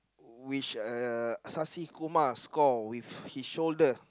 which uh Sasikumar score with his shoulder